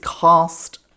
cast